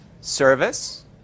service